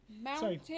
Mountain